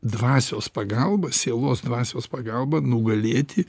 dvasios pagalba sielos dvasios pagalba nugalėti